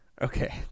Okay